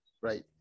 Right